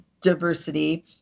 diversity